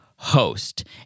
host